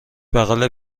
بغل